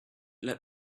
let